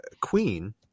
queen